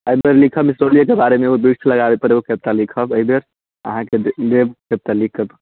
एहि बेर लिखब मिसरौलीयेके बारेमे वृक्ष लगाबै पर एगो कविता लिखब एहि बेर अहाँके देब कविता लिखके